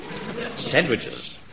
Sandwiches